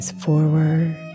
forward